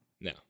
No